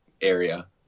area